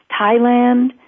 Thailand